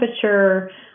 temperature